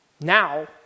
Now